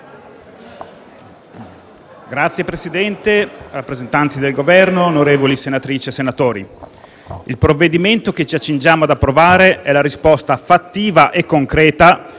il provvedimento che ci accingiamo ad approvare è la risposta fattiva e concreta